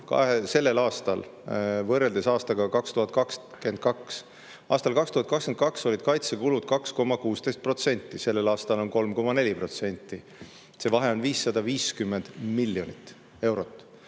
sellel aastal võrreldes aastaga 2022: aastal 2022 olid kaitsekulud 2,16%, sellel aastal on 3,4%. See vahe on 550 miljonit eurot